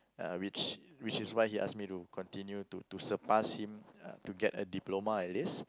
uh which which is why he asked me to continue to to surpass him uh to get a diploma at least